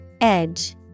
Edge